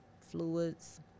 fluids